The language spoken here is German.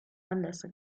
anlässe